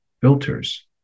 filters